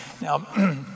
Now